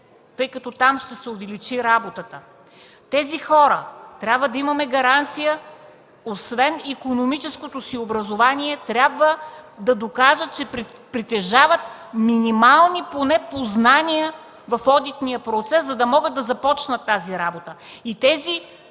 тъй като там ще се увеличи работата, за тези хора трябва да имаме гаранция, че освен икономическото си образование трябва да докажат, че притежават поне минимални познания в одитния процес, за да могат да започнат тази работа. Тези